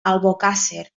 albocàsser